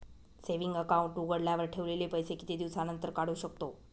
Saving account उघडल्यावर ठेवलेले पैसे किती दिवसानंतर काढू शकतो?